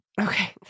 okay